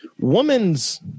Woman's